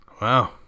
Wow